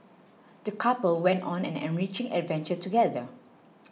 the couple went on an enriching adventure together